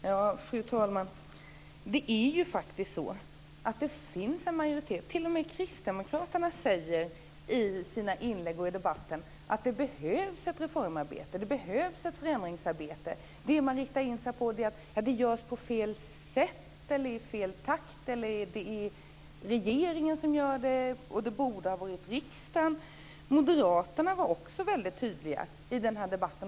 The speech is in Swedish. Fru talman! Det är faktiskt så att det finns en majoritet. T.o.m. kristdemokraterna säger i sina inlägg och i debatten att det behövs ett reformarbete, ett förändringsarbete. Det som man riktar in sig på är att det görs på fel sätt, i fel takt, att det är regeringen som gör det men att det borde ha varit riksdagen. Moderaterna var också väldigt tydliga i debatten.